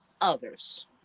others